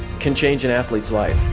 can change an athlete's life